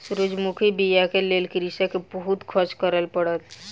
सूरजमुखी बीयाक लेल कृषक के बहुत खर्च करअ पड़ल